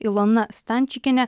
ilona stančikienė